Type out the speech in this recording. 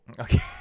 Okay